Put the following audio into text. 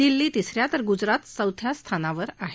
दिल्ली तिस या तर गुजरात चौथ्या स्थानावर आहे